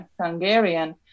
Hungarian